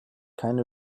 keine